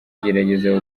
gerageza